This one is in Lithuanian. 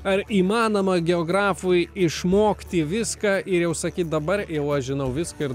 ar įmanoma geografui išmokti viską ir jau sakyt dabar jau aš žinau viską ir